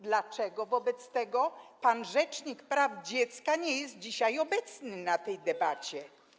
Dlaczego wobec tego pan rzecznik praw dziecka nie jest dzisiaj obecny w czasie tej debaty?